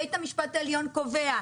בית המשפט העליון קובע,